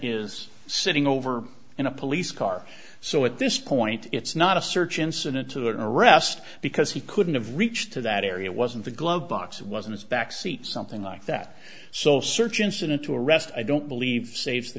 is sitting over in a police car so at this point it's not a search incident to that arrest because he couldn't have reached to that area was in the glove box was in his backseat something like that so search incident to arrest i don't believe saves the